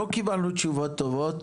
לא קיבלנו תשובות טובות.